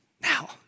Now